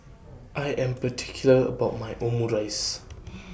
I Am particular about My Omurice